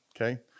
okay